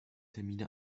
termine